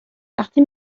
وقتی